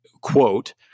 quote